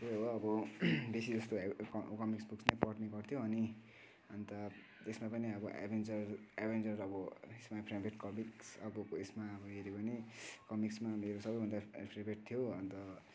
त्यही हो अब बेसी जस्तो कमिक्स बुक्स नै पढ्ने गर्थ्यौँ अनि अन्त त्यसमा पनि अब एभेन्जर एभेन्जर अब इट्स माइ फेभरेट कमिक्स अब यसमा अब हेऱ्यौँ भने कमिक्समा मेरो सबैभन्दा फेभरेट थियो अन्त